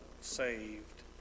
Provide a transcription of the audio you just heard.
saved